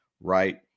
Right